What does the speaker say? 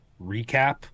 recap